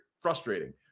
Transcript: frustrating